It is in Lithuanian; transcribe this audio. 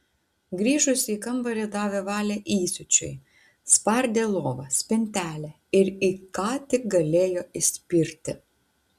grįžusi į kambarį davė valią įsiūčiui spardė lovą spintelę ir į ką tik galėjo įspirti